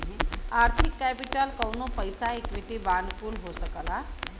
आर्थिक केपिटल कउनो पइसा इक्विटी बांड कुल हो सकला